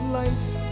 life